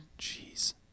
Jeez